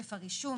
תוקף הרישום.